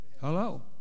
hello